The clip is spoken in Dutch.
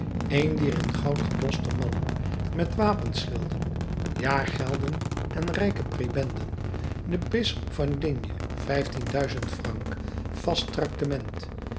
een dier in goud gedoste mannen met wapenschilden jaargelden en rijke prebenden de bisschop van digne vijftien duizend francs vast traktement